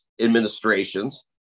administrations